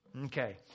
Okay